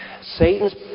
Satan's